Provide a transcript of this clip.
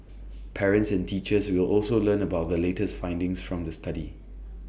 parents and teachers will also learn about the latest findings from the study